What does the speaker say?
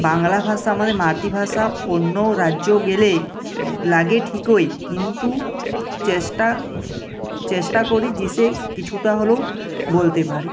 বাংলা ভাষা আমাদের মাতৃভাষা অন্য রাজ্য গেলে লাগে ঠিকই কিন্তু চেষ্টা চেষ্টা করি যে সে কিছুটা হলেও বলতে পারি